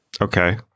Okay